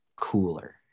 cooler